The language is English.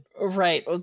Right